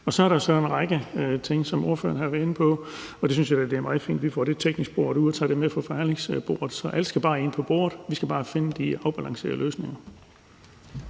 Så er der en række ting, som ordføreren har været inde på, og det synes jeg da er meget fint at vi teknisk får boret ud og tager med fra forhandlingsbordet. Så alt skal bare ind på bordet. Vi skal bare finde de afbalancerede løsninger.